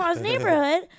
neighborhood